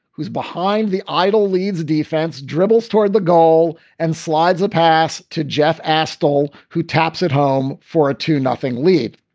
who's behind the idol leeds defense? dribbles toward the goal and slides a pass to jeff astel, who taps it home for a two nothing lead.